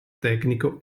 tecnico